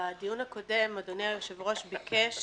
בדיון הקודם אדוני היושב-ראש ביקש